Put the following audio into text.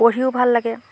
পঢ়িও ভাল লাগে